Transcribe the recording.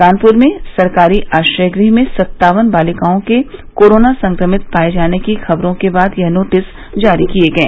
कानपुर में सरकारी आश्रय गृह में सत्तावन बालिकाओं के कोरोना संक्रमित पाए जाने की खबरों के बाद यह नोटिस जारी किए गए